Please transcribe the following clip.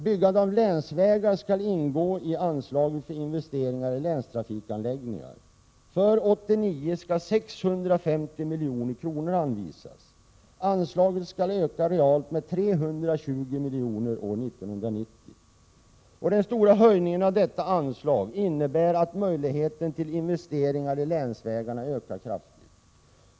Byggande av länsvägar skall ingå i anslaget för investeringar i länstrafikanläggningar. För 1989 föreslås att 650 milj.kr. skall anvisas. Anslaget skall öka realt med 320 milj.kr. år 1990 den stora höjningen av detta anslag innebär att möjligheterna till investeringar i länsvägar ökar kraftigt.